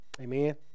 Amen